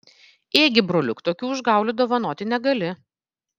ėgi broliuk tokių užgaulių dovanoti negali